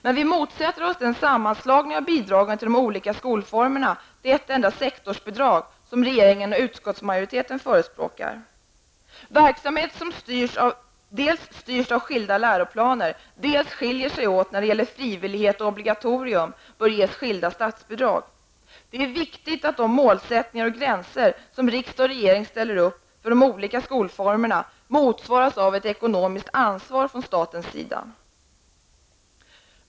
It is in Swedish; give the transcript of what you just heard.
Men vi motsätter oss den sammanslagning av bidragen till de olika skolformerna till ett enda sektorsbidrag som regeringen och utskottsmajoriteten förespråkar. Verksamheter som dels styrs av skilda läroplaner, dels skiljer sig åt när det gäller frivillighet och obligatorium bör ges skilda statsbidrag. Det är viktigt att de målsättningar och gränser som riksdag och regering ställer upp för de olika skolformerna motsvaras av ett ekonomiskt ansvar från statens sida.